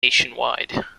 nationwide